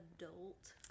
adult